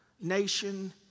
nation